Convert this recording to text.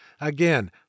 Again